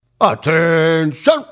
Attention